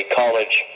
college